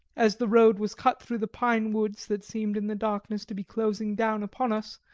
as the road was cut through the pine woods that seemed in the darkness to be closing down upon us,